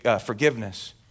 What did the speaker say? forgiveness